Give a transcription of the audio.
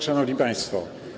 Szanowni Państwo!